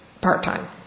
part-time